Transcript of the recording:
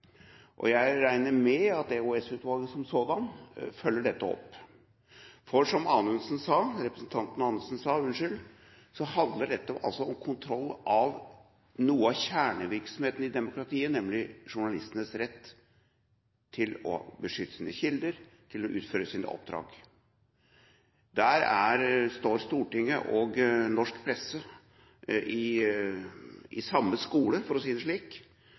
besvart. Jeg regner med at EOS-utvalget som sådant følger dette opp. Som representanten Anundsen sa, handler dette altså om kontroll av noe av kjernevirksomheten i demokratiet, nemlig journalistenes rett til å beskytte sine kilder, til å utføre sine oppdrag. Der står Stortinget og norsk presse i samme skole, for å si det slik